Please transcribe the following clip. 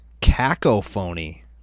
Cacophony